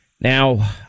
Now